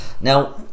now